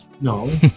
No